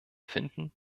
finden